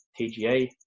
tga